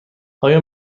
آیا